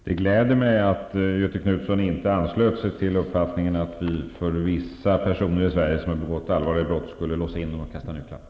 Fru talman! Det gläder mig att Göthe Knutson inte anslöt sig till uppfattningen att vi skulle låsa in vissa personer i Sverige som begått allvarliga brott och kasta nycklarna.